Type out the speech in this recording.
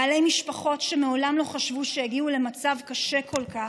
בעלי משפחות שמעולם לא חשבו שיגיעו למצב קשה כל כך,